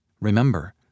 Remember